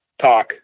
talk